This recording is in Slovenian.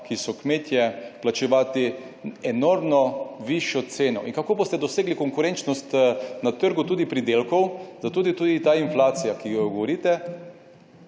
ki so kmetje, plačevati enormno višjo ceno. In kako boste dosegli konkurenčnost na trgu tudi pridelkov, zato je tudi ta inflacija, ki jo govorite